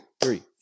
three